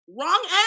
wrong